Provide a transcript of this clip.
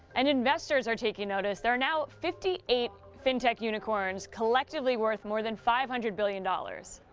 and investors are taking notice. there are now fifty eight fintech unicorns collectively worth more than five hundred billion dollars